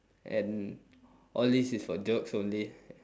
and all these is for jokes only